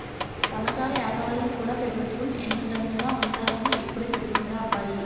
సన్నకారు ఏపారాలకు కూడా పెబుత్వం ఎన్ను దన్నుగా ఉంటాదని ఇప్పుడే తెలిసిందిరా అబ్బాయి